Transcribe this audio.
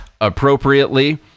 appropriately